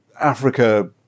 Africa